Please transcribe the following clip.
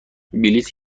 بلیط